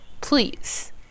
please